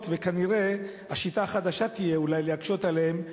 וכנראה השיטה החדשה תהיה להקשות עליהם.